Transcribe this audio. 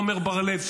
עמר בר לב,